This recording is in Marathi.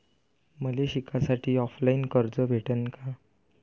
मले शिकासाठी ऑफलाईन कर्ज भेटन का?